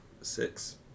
six